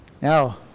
now